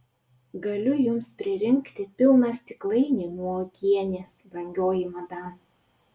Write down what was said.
galiu jums pririnkti pilną stiklainį nuo uogienės brangioji madam